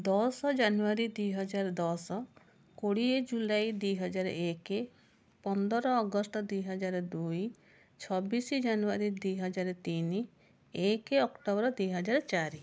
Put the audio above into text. ଦଶ ଜାନୁଆରୀ ଦୁଇ ହଜାର ଦସ କୋଡ଼ିଏ ଜୁଲାଇ ଦୁଇ ହଜାର ଏକ ପନ୍ଦର ଅଗଷ୍ଟ ଦୁଇ ହଜାର ଦୁଇ ଛବିଶ ଜାନୁଆରୀ ଦୁଇ ହଜାର ତିନି ଏକ ଅକ୍ଟୋବର ଦୁଇ ହଜାର ଚାରି